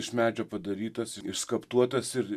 iš medžio padarytas išskaptuotas ir